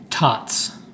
tots